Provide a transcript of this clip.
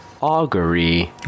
Augury